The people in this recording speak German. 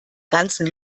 ganzen